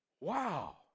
Wow